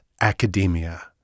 academia